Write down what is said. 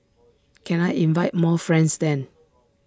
can I invite more friends then